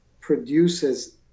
produces